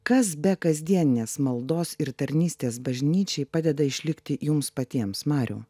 kas be kasdieninės maldos ir tarnystės bažnyčiai padeda išlikti jums patiems mariau